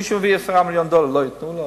מישהו מביא 10 מיליון דולר, לא ייתנו לו?